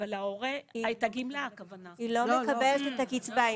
--- היא לא מקבלת את הקצבה.